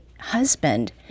husband